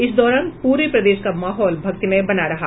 इस दौरान पूरे प्रदेश का माहौल भक्तिमय बना रहा